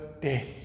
death